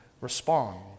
respond